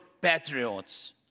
patriots